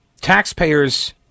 taxpayers